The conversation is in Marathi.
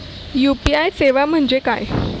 यू.पी.आय सेवा म्हणजे काय?